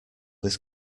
this